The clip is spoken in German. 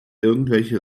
irgendwelche